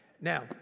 Now